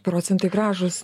procentai gražūs